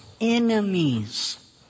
enemies